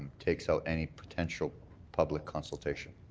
takes out any potential public consultation.